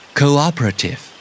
cooperative